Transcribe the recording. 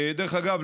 דרך אגב,